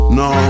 no